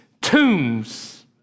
tombs